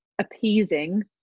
appeasing